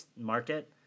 market